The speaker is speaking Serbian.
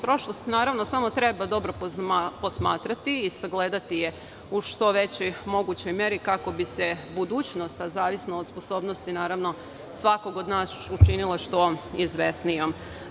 Prošlost samo treba dobro posmatrati i sagledati je u što većoj mogućoj meri kako bi se budućnost, a zavisno od sposobnosti svakog od nas, učinila što izvesnijom.